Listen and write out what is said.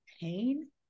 pain